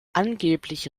angebliche